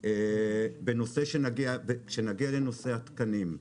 כאשר נגיע לנושא התקנים.